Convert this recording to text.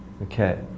Okay